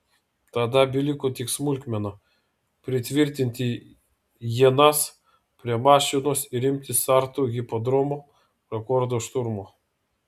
tada beliko tik smulkmena pritvirtinti ienas prie mašinos ir imtis sartų hipodromo rekordo šturmo